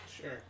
Sure